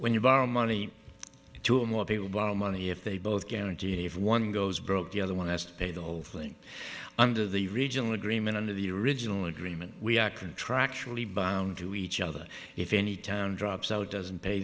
when you borrow money to more people borrow money if they both guarantee if one goes broke the other one has to pay the whole thing under the regional agreement under the original agreement we are contractually bound to each other if any town drops out doesn't pay